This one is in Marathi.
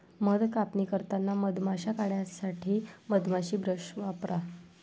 मध कापणी करताना मधमाश्या काढण्यासाठी मधमाशी ब्रश वापरा